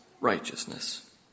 righteousness